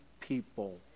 people